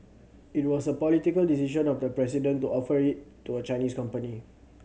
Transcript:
it was a political decision of the president to offer it to a Chinese company